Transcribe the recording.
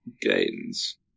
gains